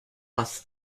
race